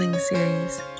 Series